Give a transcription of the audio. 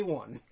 one